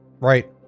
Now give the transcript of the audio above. right